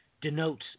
denotes